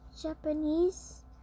Japanese